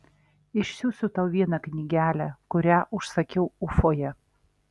išsiųsiu tau vieną knygelę kurią užsakiau ufoje